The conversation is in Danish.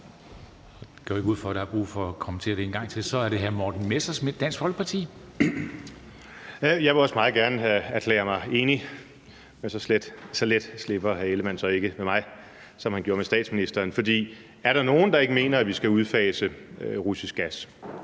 Jeg vil også meget gerne erklære mig enig, men så let slipper hr. Jakob Ellemann-Jensen så ikke med mig, som han gjorde med statsministeren. For er der nogen, der ikke mener, at vi skal udfase russisk gas?